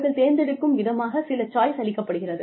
அவர்கள் தேர்ந்தெடுக்கும் விதமாக சில சாய்ஸ் அளிக்கப்படுகிறது